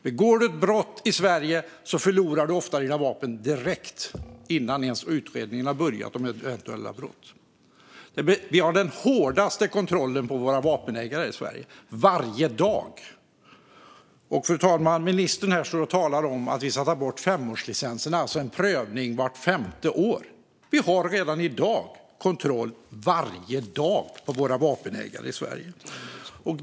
Begår du ett brott i Sverige förlorar du ofta dina vapen direkt, innan utredningen om eventuellt brott ens har börjat. Vi har den hårdaste kontrollen av våra vapenägare i Sverige, varje dag. Ministern talar om att vi vill ta bort femårslicenserna, alltså en prövning vart femte år. Det görs redan i dag kontroller av vapenägare varje dag.